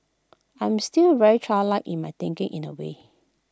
I'm still very childlike in my thinking in A way